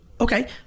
okay